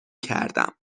کردم